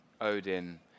Odin